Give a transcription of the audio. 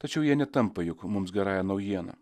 tačiau jie netampa juk mums gerąja naujiena